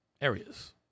areas